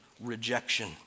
rejection